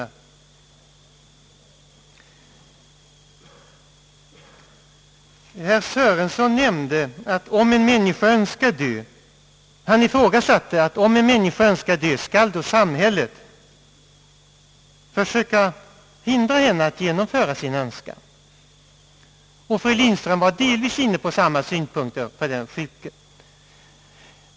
Herr Sörenson ifrågasatte om samhället då en människa önskar dö bör försöka hindra henne från att genomföra sin önskan, och fru Lindström var delvis inne på samma synpunkter när det gällde den sjuke.